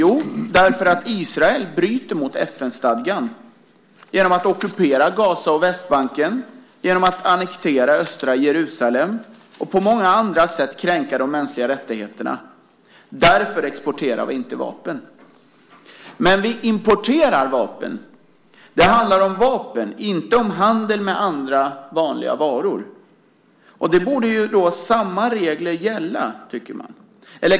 Jo, därför att Israel bryter mot FN-stadgan genom att ockupera Gaza och Västbanken, genom att annektera östra Jerusalem och på många andra sätt kränka de mänskliga rättigheterna. Därför exporterar vi inte vapen dit. Men vi importerar vapen därifrån. Det handlar alltså om vapen, inte om handel med andra, vanliga, varor. Då borde ju samma regler gälla, tycker man.